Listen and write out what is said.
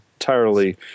entirely